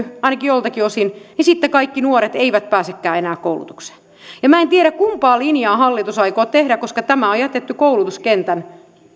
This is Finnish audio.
ainakin joiltakin osin niin sitten kaikki nuoret eivät pääsekään enää koulutukseen en tiedä kumpaa linjaa hallitus aikoo tehdä koska tämä on jätetty koulutuskentän